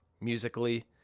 musically